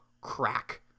crack